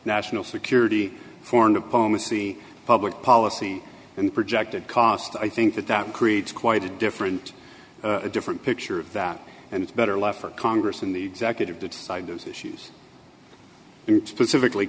national security foreign diplomacy public policy and projected cost i think that that creates quite a different a different picture of that and better life for congress in the executive to decide those issues and pacifically